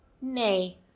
Nay